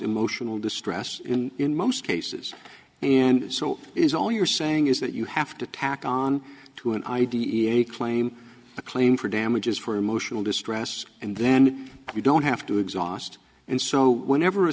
emotional distress in most cases and so is all you're saying is that you have to tack on to an id a claim a claim for damages for emotional distress and then you don't have to exhaust and so whenever a